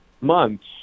months